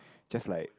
just like